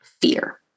fear